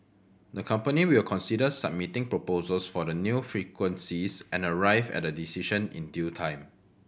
the company will consider submitting proposals for the new frequencies and arrive at a decision in due time